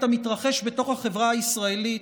את המתרחש בתוך החברה הישראלית,